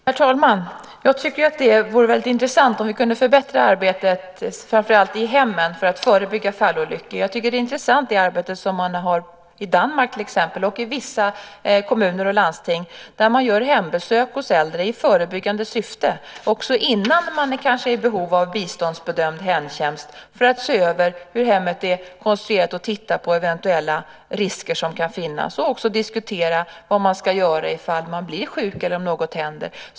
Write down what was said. Herr talman! Jag tycker att det vore väldigt intressant om vi kunde förbättra arbetet, framför allt i hemmen, för att förebygga fallolyckor. Jag tycker att det arbete man har i till exempel Danmark och även i vissa kommuner och landsting är intressant. Man gör där hembesök hos äldre i förebyggande syfte, också kanske innan det finns behov av biståndsbedömd hemtjänst, för att se över hur hemmet är konstruerat, titta på eventuella risker som kan finnas och också diskutera vad den äldre ska göra ifall han eller hon blir sjuk eller om något händer.